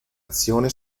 azione